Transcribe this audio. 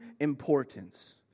importance